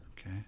Okay